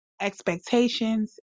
expectations